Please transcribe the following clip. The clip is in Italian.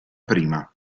prima